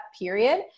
period